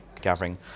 gathering